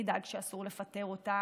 נדאג שיהיה אסור לפטר אותן,